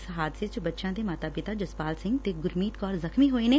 ਇਸ ਹਾਦਸੇ ਚ ਬੱਚਿਆਂ ਦੇ ਮਾਤਾ ਪਿਤਾ ਜਸਪਾਲ ਸਿੰਘ ਤੇ ਗੁਰਮੀਤ ਕੌਰ ਜਖ਼ਮੀ ਹੋਏ ਨੇ